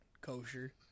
kosher